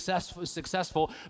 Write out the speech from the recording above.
successful